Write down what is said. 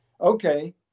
okay